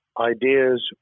Ideas